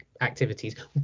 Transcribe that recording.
activities